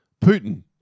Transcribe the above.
Putin